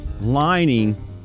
lining